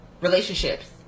relationships